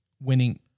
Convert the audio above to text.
winning